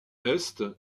est